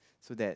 so that